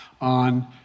on